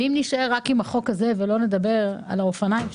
ואם נישאר רק עם החוק הזה ולא נדבר על האופניים,